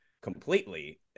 completely